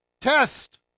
test